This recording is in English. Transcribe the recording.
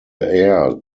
heir